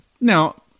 Now